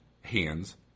hands